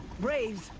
braves.